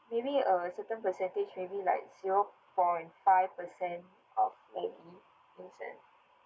maybe a certain percentage maybe like zero point five percent of levy instead